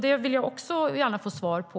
Det vill jag också gärna få svar på.